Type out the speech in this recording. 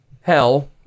hell